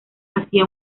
hacia